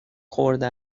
خورده